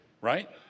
right